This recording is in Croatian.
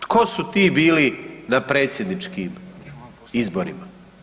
Tko su ti bili na predsjedničkim izborima?